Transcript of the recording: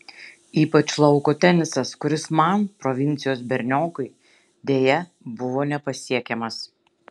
ypač lauko tenisas kuris man provincijos berniokui deja buvo nepasiekiamas